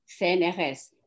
CNRS